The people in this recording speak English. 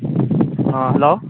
hello